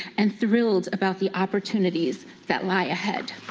and thrilled about the opportunities that lie ahead.